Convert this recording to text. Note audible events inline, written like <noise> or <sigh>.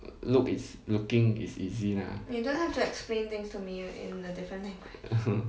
<noise> look it's looking is easy lah <laughs>